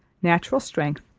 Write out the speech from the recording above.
natural strength,